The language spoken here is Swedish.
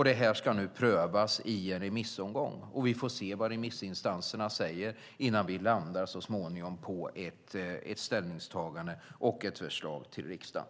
Detta ska nu prövas i en remissomgång, och så får vi se vad remissinstanserna säger innan vi så småningom landar på ett ställningstagande och ett förslag till riksdagen.